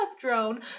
drone